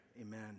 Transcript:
amen